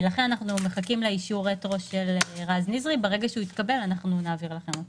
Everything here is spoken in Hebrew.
ברגע שאישור הרטרו של רז ניזרי יתקבל אנחנו נעביר לכם אותו.